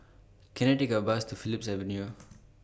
Can I Take A Bus to Phillips Avenue